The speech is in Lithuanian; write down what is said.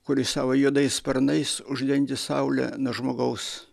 kuris savo juodais sparnais uždengė saulę nuo žmogaus